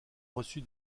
reçu